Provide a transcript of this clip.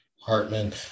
Hartman